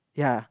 ya